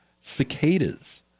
cicadas